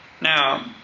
Now